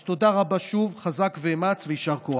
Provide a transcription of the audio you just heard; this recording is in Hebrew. אז תודה רבה, שוב, חזק ואמץ ויישר כוח.